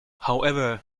however